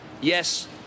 yes